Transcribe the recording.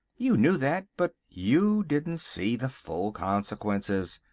you knew that, but you didn't see the full consequences.